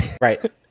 right